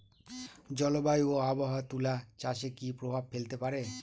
জলবায়ু ও আবহাওয়া তুলা চাষে কি প্রভাব ফেলতে পারে?